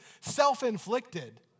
self-inflicted